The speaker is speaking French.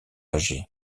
âgées